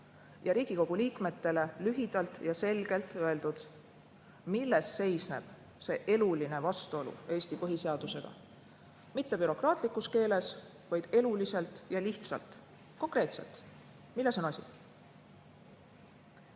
ja Riigikogu liikmetele lühidalt ja selgelt öeldud, milles see eluline vastuolu seisneb. Mitte bürokraatlikus keeles, vaid eluliselt ja lihtsalt, konkreetselt, milles on asi.